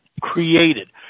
created